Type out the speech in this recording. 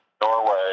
Norway